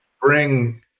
bring